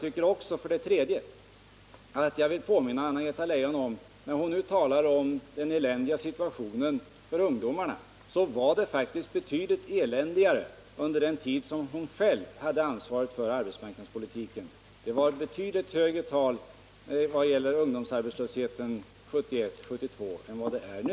När Anna-Greta Leijon talar om ungdomarnas eländiga situation tycker jag också att jag vill påminna henne om att det faktiskt var betydligt eländigare under den tid då hon själv hade ansvaret för arbetsmarknadspolitiken. Ungdomsarbetslösheten var betydligt större 1971 och 1972 än nu.